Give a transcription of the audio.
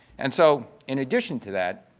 and so in addition to that,